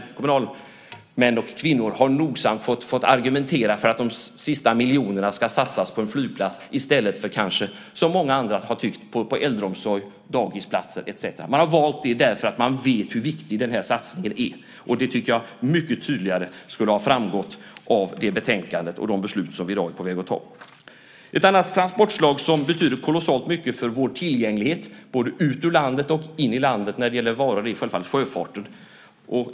Många kommunalmän och kommunalkvinnor har nogsamt fått argumentera för att de sista miljonerna ska satsas på en flygplats i stället för på, som många andra har tyckt, till exempel äldreomsorg, dagisplatser etcetera. Man har valt det därför att man vet hur viktig denna satsning är. Det tycker jag mycket tydligare skulle ha framgått av detta betänkande och de beslut som vi ska fatta i dag. Ett annat transportslag som betyder kolossalt mycket för vår tillgänglighet, både ut ur landet och in i landet när det gäller varor, är självfallet sjöfarten.